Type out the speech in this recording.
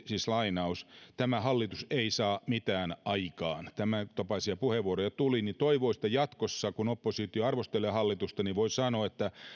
siis lainaus tämä hallitus ei saa mitään aikaan tämäntapaisia puheenvuoroja tuli ja toivoisi että jatkossa kun oppositio arvostelee hallitusta voisi sanoa että